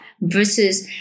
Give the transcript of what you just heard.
versus